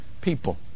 people